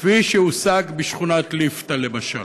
כפי שהושג בשכונת ליפתא, למשל?